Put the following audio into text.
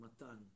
Matan